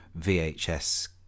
VHS